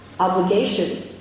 obligation